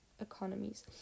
economies